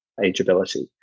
ageability